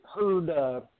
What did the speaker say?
heard